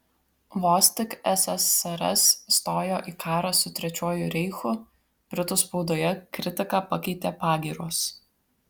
vos tik ssrs stojo į karą su trečiuoju reichu britų spaudoje kritiką pakeitė pagyros